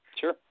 Sure